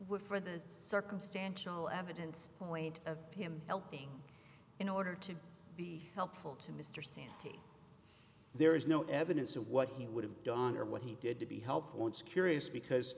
with for the circumstantial evidence point of him helping in order to be helpful to mr sanity there is no evidence of what he would have done or what he did to be helpful it's curious because